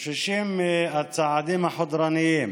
חוששים מהצעדים החודרניים